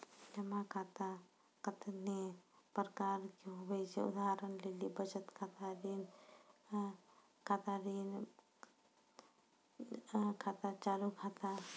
जमा खाता कतैने प्रकार रो हुवै छै उदाहरण लेली बचत खाता ऋण खाता चालू खाता